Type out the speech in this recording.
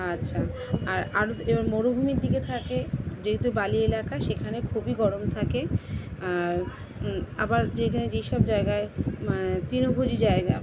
আচ্ছা আর আর এবার মরুভূমির দিকে থাকে যেহেতু বালি এলাকা সেখানে খুবই গরম থাকে আর আবার যেখানে যেসব জায়গায় মানে তৃণভোজী জায়গা